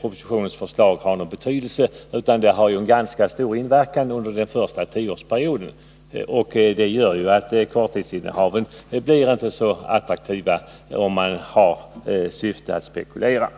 propositionens förslag har någon betydelse, utan de har en ganska stor inverkan under hela den första tioårsperioden. Det gör att korttidsinnehaven inte blir så attraktiva, om syftet är att spekulera.